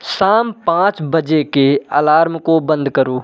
शाम पाँच बजे के अलार्म को बंद करो